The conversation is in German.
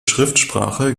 schriftsprache